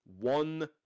one